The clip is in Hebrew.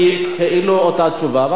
כאילו אותה תשובה.